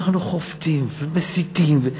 אנחנו חובטים ומסיתים.